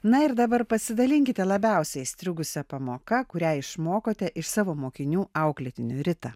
na ir dabar pasidalinkite labiausiai įstrigusia pamoka kurią išmokote iš savo mokinių auklėtinių rita